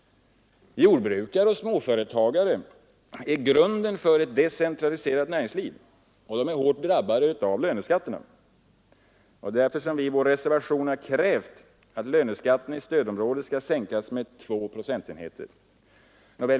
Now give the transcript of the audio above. Jordbrukare och småföretagare är grunden för ett decentraliserat näringsliv, och de är hårt drabbade av löneskatterna. Det är därför som vi i vår reservation har krävt att löneskatten i stödområdena skall sänkas med två procentenheter.